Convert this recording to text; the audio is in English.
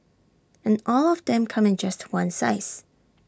and all of them come in just one size